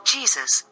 Jesus